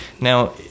now